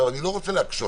אני לא רוצה להקשות.